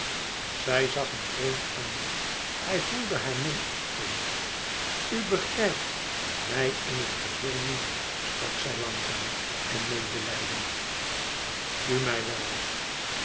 zij zag hem vreemd aan hij voelde hare minachting u begrijpt mij in het geheel niet sprak zij langzaam en medelijdend u mij wel